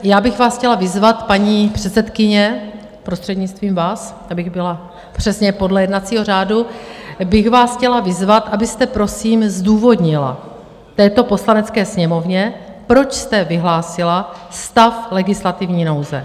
Já bych vás chtěla vyzvat, paní předsedkyně, prostřednictvím vás, abych byla přesně podle jednacího řádu, bych vás chtěla vyzvat, abyste prosím zdůvodnila této Poslanecké sněmovně, proč jste vyhlásila stav legislativní nouze.